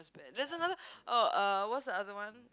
was bad there's another uh oh what's the other one